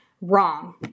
Wrong